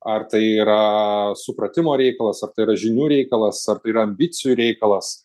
ar tai yra supratimo reikalas ar tai yra žinių reikalas ar tai yra ambicijų reikalas